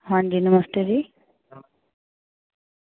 हां जी नमस्ते जी